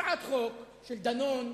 הצעת חוק של דנון,